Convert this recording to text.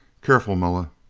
careful, moa!